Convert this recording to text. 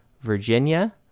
Virginia